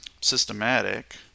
systematic